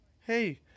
hey